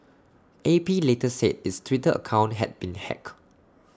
A P later said its Twitter account had been hacked